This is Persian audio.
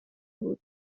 بود